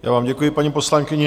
Já vám děkuji, paní poslankyně.